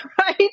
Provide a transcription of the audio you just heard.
right